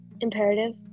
imperative